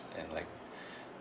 and like